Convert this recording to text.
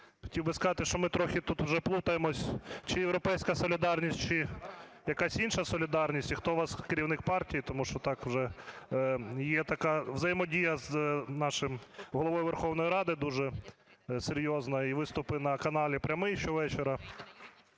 Хотів би сказати, що ми трохи тут уже плутаємось, чи "Європейська солідарність", чи якась інша солідарність і хто ваш керівник партії. Тому що так вже є така взаємодія з нашим Головою Верховної Ради дуже серйозна і виступи на каналі "Прямий" щовечора.